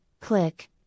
Click